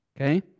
okay